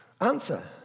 Answer